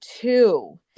two